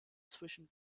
zwischen